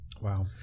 Wow